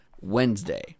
Wednesday